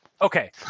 Okay